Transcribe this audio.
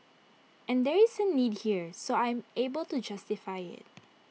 and there is A need here so I'm able to justify IT